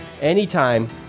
anytime